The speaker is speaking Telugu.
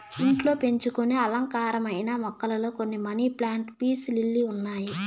ఇంట్లో పెంచుకొనే అలంకారమైన మొక్కలలో కొన్ని మనీ ప్లాంట్, పీస్ లిల్లీ ఉన్నాయి